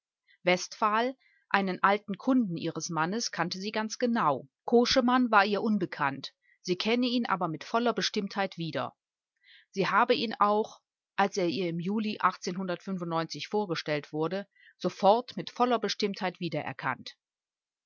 westphal einen alten kunden ihres mannes kannte sie ganz genau koschemann war ihr unbekannt sie kenne ihn aber mit voller bestimmtheit wieder sie habe ihn auch als er ihr im juli vorgestellt wurde sofort mit voller bestimmtheit wiedererkannt